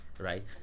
right